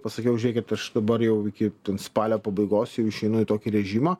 pasakiau žiūrėkit aš dabar jau iki spalio pabaigos jau išeinu į tokį režimą